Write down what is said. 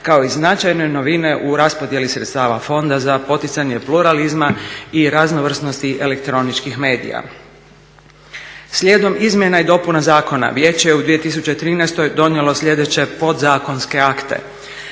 kao i značajne novine u raspodijeli sredstava fonda za poticanje pluralizma i raznovrsnosti elektroničkih medija. Slijedom izmjena i dopuna zakona, vijeće je u 2013. donijelo sljedeće podzakonske akte.